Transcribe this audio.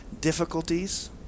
difficulties